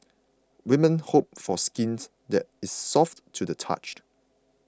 women hope for skint that is soft to the touched